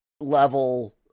level